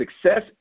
success